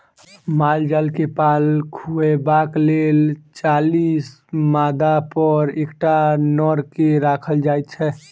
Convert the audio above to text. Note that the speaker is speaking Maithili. माल जाल के पाल खुअयबाक लेल चालीस मादापर एकटा नर के राखल जाइत छै